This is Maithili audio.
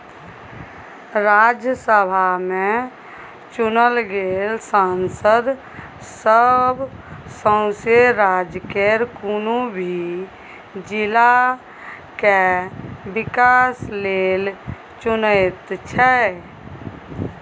राज्यसभा में चुनल गेल सांसद सब सौसें राज्य केर कुनु भी जिला के विकास के लेल चुनैत छै